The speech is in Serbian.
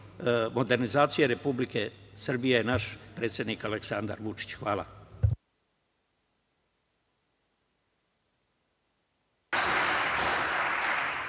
modernizacije Republike Srbije je naš predsednik Aleksandar Vučić. Hvala.